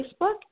Facebook